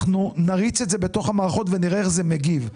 אנחנו נריץ את זה בתוך המערכות ונראה איך זה מגיב.